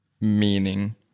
meaning